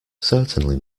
certainly